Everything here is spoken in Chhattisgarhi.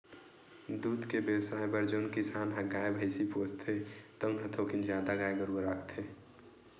दूद के बेवसाय बर जउन किसान ह गाय, भइसी पोसथे तउन ह थोकिन जादा गाय गरूवा राखथे